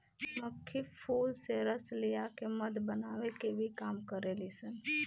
मधुमक्खी फूल से रस लिया के मध बनावे के भी काम करेली सन